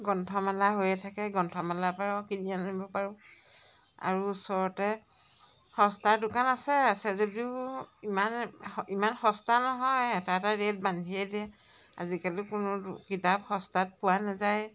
গ্ৰন্থমেলা হৈয়ে থাকে গ্ৰন্থমেলাৰপৰাও কিনি আনিব পাৰোঁ আৰু ওচৰতে সস্তাৰ দোকান আছে আছে যদিও ইমান ইমান সস্তা নহয় এটা এটা ৰেট বান্ধিয়ে দিয়ে আজিকালি কোনো কিতাপ সস্তাত পোৱা নাযায়ে